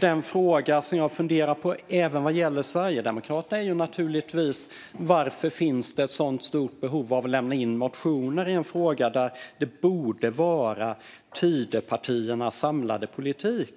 Den fråga jag funderar över även vad gäller Sverigedemokraterna är naturligtvis varför det finns ett så stort behov av att lämna in motioner i en fråga där det borde vara fråga om Tidöpartiernas samlade politik.